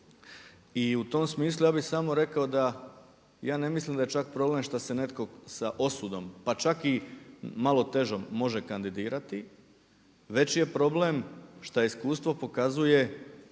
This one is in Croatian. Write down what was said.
I u tom smislu ja bih samo rekao da ja ne mislim da je čak problem šta se netko sa osudom pa čak i malo težom može kandidirati već je problem šta iskustvo pokazuje